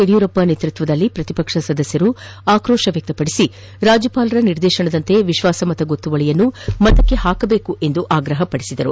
ಯದಿಯೂರಪ್ಪ ನೇತೃತ್ವದಲ್ಲಿ ಪ್ರತಿಪಕ್ಷ ಸದಸ್ಯರು ಆಕ್ರೋಷ ವ್ಯಕ್ತಪಡಿಸಿ ರಾಜ್ಯಪಾಲರ ನಿರ್ದೇಶನದಂತೆ ವಿಶ್ವಾಸಮತಗೊತ್ತುವಳಿಯನ್ನು ಮತಕ್ಕೆ ಹಾಕಬೇಕೆಂದು ಆಗ್ರಹಪಡಿಸಿದರು